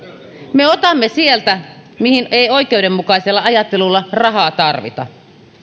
me otamme sieltä mihin ei oikeudenmukaisella ajattelulla rahaa tarvita